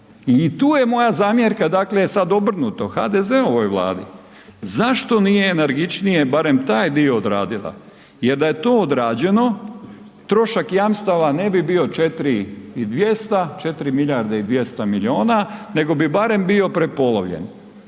I tu je moja zamjerka, dakle sada je obrnuto HDZ-ovoj Vladi, zašto nije energičnije barem taj dio odradila jer da je to odrađeno trošak jamstava ne bi bio 4 milijarde i 200 milijuna nego bi barem bio prepolovljen